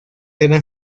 eran